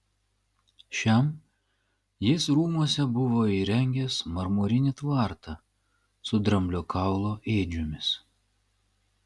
šiam jis rūmuose buvo įrengęs marmurinį tvartą su dramblio kaulo ėdžiomis